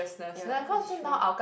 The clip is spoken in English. ya that's true